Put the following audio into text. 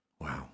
Wow